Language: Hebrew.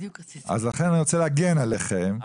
אז לכן אני רוצה להגן עליכם,